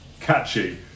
Catchy